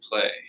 play